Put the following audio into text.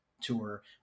tour